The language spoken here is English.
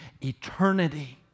eternity